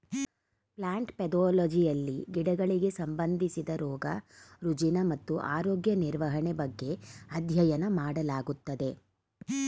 plant ಪೆದೊಲಜಿಯಲ್ಲಿ ಗಿಡಗಳಿಗೆ ಸಂಬಂಧಿಸಿದ ರೋಗ ರುಜಿನ ಮತ್ತು ಆರೋಗ್ಯ ನಿರ್ವಹಣೆ ಬಗ್ಗೆ ಅಧ್ಯಯನ ಮಾಡಲಾಗುತ್ತದೆ